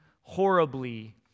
horribly